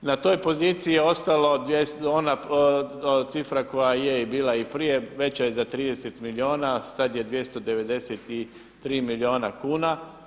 Na toj poziciji je ostalo, ona cifra koja je bila i prije, veća je za 30 milijuna, sad je 293 milijuna kuna.